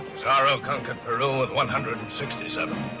pizarro conquered peru with one hundred and sixty seven.